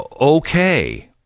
okay